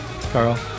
carl